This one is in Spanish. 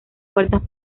puertas